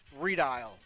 redial